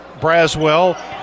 Braswell